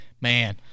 man